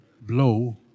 blow